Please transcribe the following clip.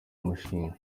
mushinga